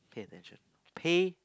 pay attention pay